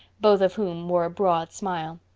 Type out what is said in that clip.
both of whom wore a broad smile.